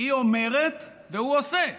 היא אומרת והוא עושה.